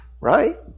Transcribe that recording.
right